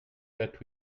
that